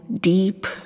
deep